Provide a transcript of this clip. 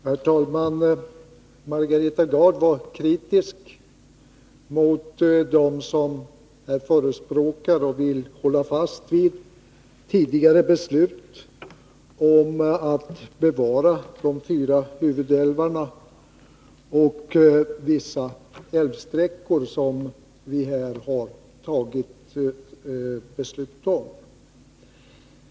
Herr talman! Margareta Gard var kritisk mot dem som förespråkar och vill hålla fast vid tidigare beslut om att bevara de fyra huvudälvarna och vissa älvsträckor — detta som vi har fattat beslut om.